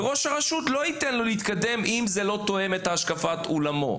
וראש הרשות לא ייתן לו להתקדם אם זה לא תואם את השקפת עולמו.